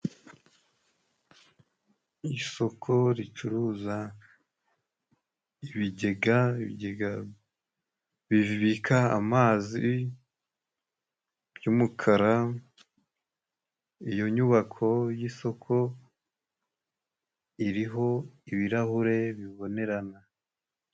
Isoko ricuruza ibigega bibika amazi by' umukara .Iyo nyubako y'isoko iriho ibirahure bibonerana.